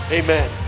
amen